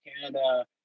canada